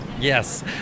yes